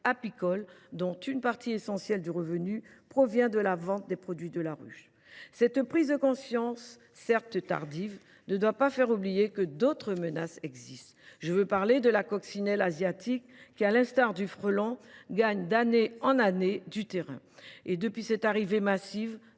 apicole dont une partie essentielle du revenu provient de la vente des produits de la ruche. Cette prise de conscience, certes tardive, ne doit pas faire oublier que d’autres menaces existent. Je pense à la coccinelle asiatique qui, à l’instar du frelon, gagne du terrain d’année en année. Depuis son arrivée massive,